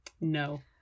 No